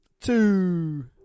Two